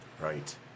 Right